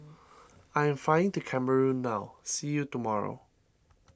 I am flying to Cameroon now see you tomorrow